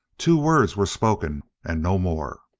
two words were spoken, and no more.